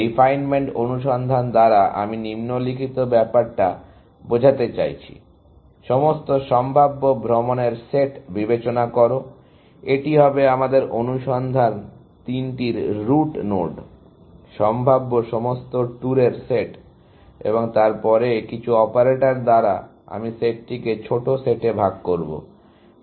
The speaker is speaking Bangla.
রিফাইনমেন্ট অনুসন্ধান দ্বারা আমি নিম্নলিখিত ব্যাপারটা বোঝাতে চাইছি সমস্ত সম্ভাব্য ভ্রমণের সেট বিবেচনা করো এটি হবে আমাদের অনুসন্ধান তিনটির রুট নোড সম্ভাব্য সমস্ত ট্যুরের সেট এবং তারপরে কিছু অপারেটর দ্বারা আমি সেটটিকে ছোট সেটে ভাগ করব